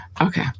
Okay